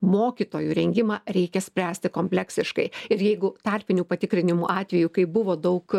mokytojų rengimą reikia spręsti kompleksiškai ir jeigu tarpinių patikrinimų atveju kaip buvo daug